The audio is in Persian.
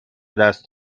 دست